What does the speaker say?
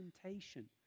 presentation